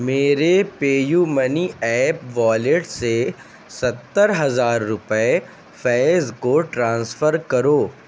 میرے PayU money app wallet سے ستر ہزار روپے فیض کو ٹرانسفر کرو